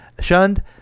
shunned